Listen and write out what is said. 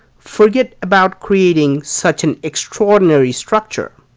forget about creating such an extraordinary structure.